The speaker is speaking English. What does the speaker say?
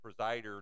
presider